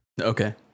okay